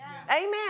Amen